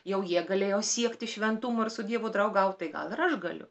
jau jie galėjo siekti šventumo ir su dievu draugaut tai gal ir aš galiu